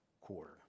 quarter